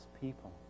people